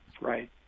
right